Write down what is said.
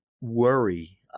worry